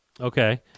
Okay